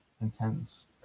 intense